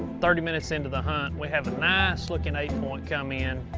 thirty minutes into the hunt, we have a nice looking eight point come in.